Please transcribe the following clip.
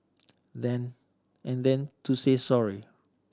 then and then to say sorry